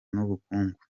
n’ubukungu